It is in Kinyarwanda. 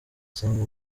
asanga